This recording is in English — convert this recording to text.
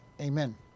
amen